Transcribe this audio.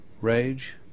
rage